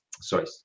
Sorry